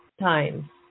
time